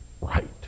right